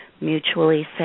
mutually